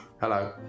Hello